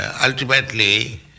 ultimately